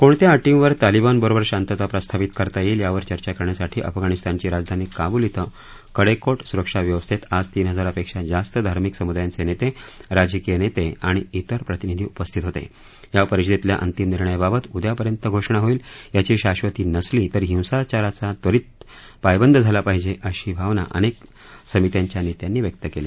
कोणत्या अटींवर तालिबान बरोबर शांतता प्रस्थापित करता येईल यावर चर्चा करण्यासाठी अफगाणिस्तानची राजधानी काबूल श्व कडेकोट सुरक्षाव्यवस्थेत आज तीन हजारपेक्षा जास्त धार्मिक समुदायांचे नेते राजकीय नेते आणि त्विर प्रतिनिधी उपस्थित होते या परिषदेतल्या अंतिम निर्णयाबाबत उद्यापर्यंत घोषणा होईल याची शाबती नसली तरी हिंसाचाराचा त्वरित पायबंद झाला पाहिजे अशी भावना अनेक समित्यांच्या नेत्यांनी व्यक्त केली